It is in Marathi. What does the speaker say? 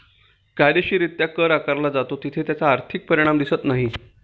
कायदेशीररित्या कर आकारला जातो तिथे त्याचा आर्थिक परिणाम दिसत नाही